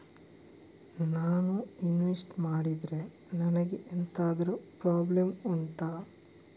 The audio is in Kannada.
ನಾನು ಇನ್ವೆಸ್ಟ್ ಮಾಡಿದ್ರೆ ನನಗೆ ಎಂತಾದ್ರು ಪ್ರಾಬ್ಲಮ್ ಉಂಟಾ